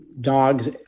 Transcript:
dogs